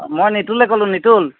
অঁ মই নিতুলে ক'লো নিতুল